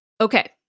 Okay